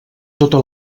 tota